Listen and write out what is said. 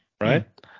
right